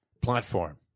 platform